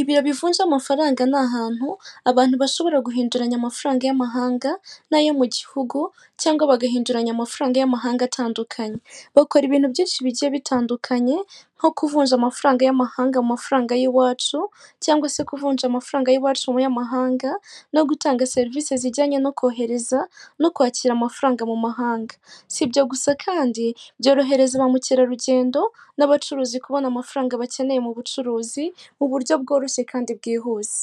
ibiro bivumo amafaranga ni ahantu abantu bashobora guhinduranya amafaranga y'amahanga n'ayo mu gihugu cyangwa bagahinduguranya amafaranga y'amahanga atandukanye. Bakora ibintu byinshi bigiye bitandukanye nko kuvunja amafaranga y'amahanga mu mafaranga y'iwacu cyangwa se kuvunja amafaranga y'iwacu muyamahanga no gutanga serivisi zijyanye no kohereza no kwakira amafaranga mu mahanga si ibyo gusa kandi byorohereza ba mukerarugendo n'abacuruzi kubona amafaranga bakeneye mu bucuruzi mu buryo bworoshye kandi bwihuse.